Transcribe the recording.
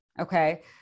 Okay